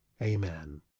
amen.